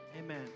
Amen